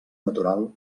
natural